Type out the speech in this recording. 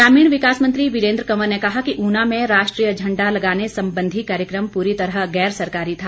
ग्रामीण विकास मंत्री वीरेन्द्र कंवर ने कहा कि ऊना में राष्ट्रीय झंडा लगाने संबंधी कार्यक्रम पूरी तरह गैर सरकारी था